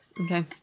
okay